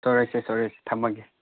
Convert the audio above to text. ꯁꯣꯏꯔꯣꯏꯁꯤ ꯁꯣꯏꯔꯣꯏꯁꯤ ꯊꯝꯃꯒꯦ